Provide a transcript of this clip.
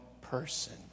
person